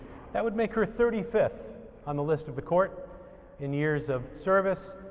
that would make her thirty fifth on the list of the court in years of service.